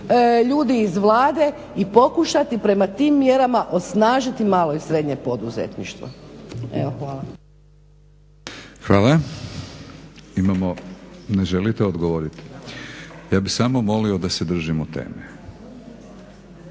ljudi iz Vlade i pokušati prema tim mjerama osnažiti malo i srednje poduzetništvo. Hvala. **Batinić, Milorad (HNS)** Hvala. Ne želite odgovoriti? Ja bih samo molio da se držimo teme.